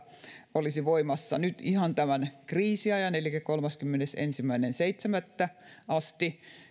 olisi voimassa nyt ihan tämän kriisiajan elikkä kolmaskymmenesensimmäinen seitsemättä asti